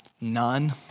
None